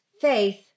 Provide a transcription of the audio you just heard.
faith